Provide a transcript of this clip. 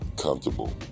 comfortable